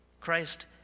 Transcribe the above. Christ